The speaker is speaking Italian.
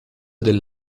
del